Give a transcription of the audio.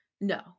No